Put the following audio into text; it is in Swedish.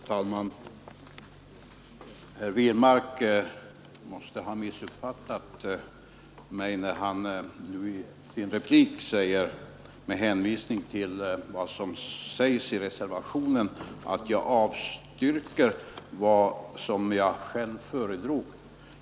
Fru talman! Herr Wirmark måste ha missuppfattat mig när han nu i en replik säger — med hänvisning till vad som står i reservationen — att jag avstyrker vad jag själv föredrog.